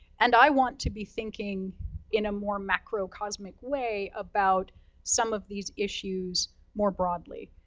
and i want to be thinking in a more macro cosmic way, about some of these issues more broadly.